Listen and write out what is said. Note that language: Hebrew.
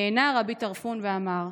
נענה רבי טרפון ואמר: